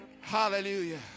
hallelujah